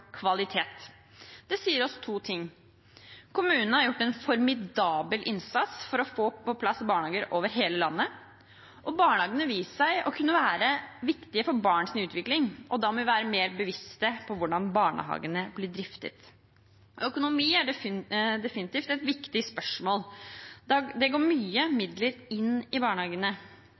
kvalitet. Det sier oss to ting: Kommunene har gjort en formidabel innsats for å få på plass barnehager over hele landet, og barnehagene har vist seg å være viktige for barns utvikling. Da må vi være mer bevisst på hvordan barnehagene blir driftet. Økonomi er definitivt et viktig spørsmål. Det går mye midler inn i barnehagene.